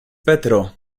petro